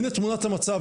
הנה תמונת המצב,